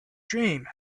dream